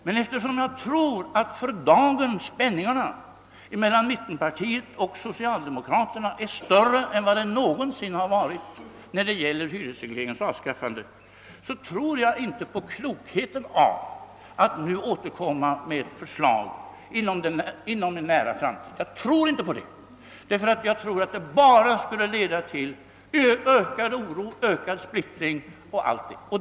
Men eftersom spänningen mellan mittenpartierna och socialdemokraterna enligt min mening är större i dag än någonsin förut i vad gäller hyresregleringens avskaffande, tror jag inte på klokheten i att återkomma med förslag inom en nära framtid. Det tror jag bara skulle leda till ökad oro och splittring.